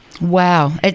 Wow